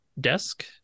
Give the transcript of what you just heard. desk